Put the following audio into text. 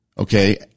Okay